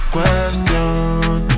Question